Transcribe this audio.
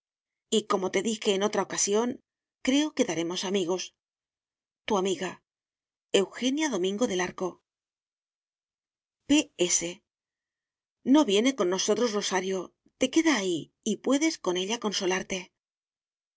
como te dije en otra ocasión creo quedaremos amigos tu amiga eugenia domingo del arco p s no viene con nosotros rosario te queda ahí y puedes con ella consolarte